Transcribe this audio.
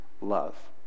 love